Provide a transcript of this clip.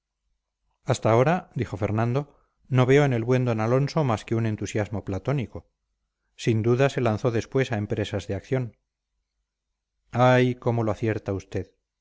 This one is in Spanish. hasta ahora dijo fernando no veo en el buen d alonso más que un entusiasmo platónico sin duda se lanzó después a empresas de acción ay cómo lo acierta usted